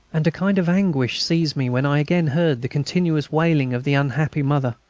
and a kind of anguish seized me when i again heard the continuous wailing of the unhappy mother.